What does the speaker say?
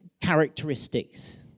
characteristics